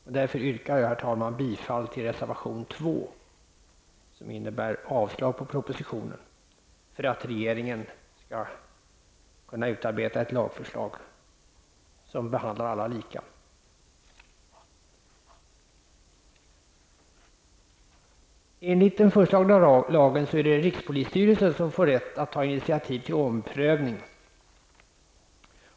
Därför yrkar jag bifall till reservation 2 som innebär avslag på propositionen för att regeringen skall kunna utarbeta ett lagförslag som behandlar alla lika. Enligt den föreslagna lagen är det rikspolisstyrelsen som får rätt att ta initiativ till omprövning.